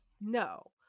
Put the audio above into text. No